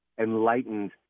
enlightened